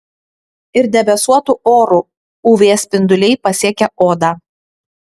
ir debesuotu oru uv spinduliai pasiekia odą